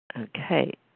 Okay